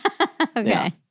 Okay